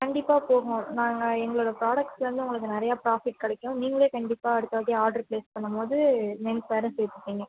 கண்டிப்பாக போகும் நாங்கள் எங்களோட ப்ராடெக்ட்ஸ்லிருந்து உங்களுக்கு நிறையா ப்ராஃபிட் கிடைக்கும் நீங்களே கண்டிப்பாக அடுத்தவாட்டி ஆடர் பிளேஸ் பண்ணும்போது மென்ஸ் வியரும் சேர்த்துப்பீங்க